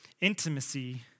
intimacy